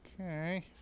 Okay